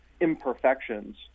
imperfections